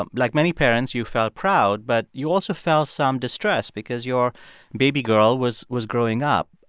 um like many parents, you felt proud, but you also felt some distress because your baby girl was was growing up.